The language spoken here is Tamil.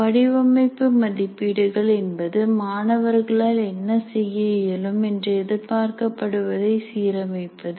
வடிவமைப்பு மதிப்பீடுகள் என்பது மாணவர்களால் என்ன செய்ய இயலும் என்று எதிர்பார்க்கப்படுவதை சீரமைப்பது